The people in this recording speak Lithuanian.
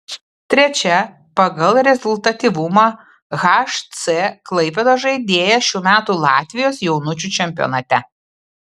trečia pagal rezultatyvumą hc klaipėdos žaidėja šių metų latvijos jaunučių čempionate